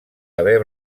haver